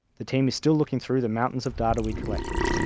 the team is still looking through the mountains of data we collected,